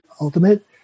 ultimate